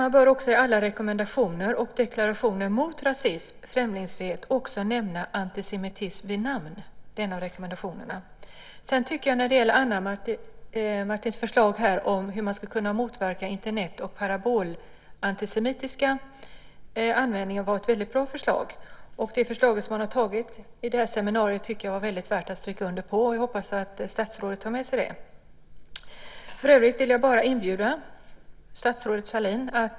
Man bör också i alla rekommendationer och deklarationer mot rasism och främlingsfientlighet också nämna antisemitism vid namn. Det är den andra punkten. När det gäller Ana Maria Nartis förslag om hur man ska kunna motverka antisemitisk användning av Internet och parabol tycker jag att det är ett väldigt bra förslag. Det förslag som man har tagit vid seminariet är också värt att stryka under, och jag hoppas att statsrådet tar det med sig.